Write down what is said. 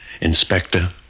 Inspector